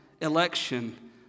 election